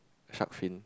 shark fin